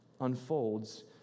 unfolds